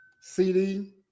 CD